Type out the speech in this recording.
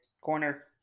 corner